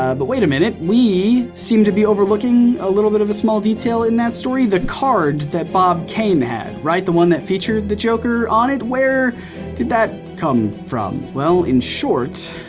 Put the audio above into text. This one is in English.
ah but wait a minute, we seem to be overlooking a little bit of a small detail in that story, the card that bob kane had, right? the one that featured the joker on it, where did that come from? well, in short,